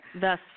Thus